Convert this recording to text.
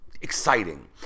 exciting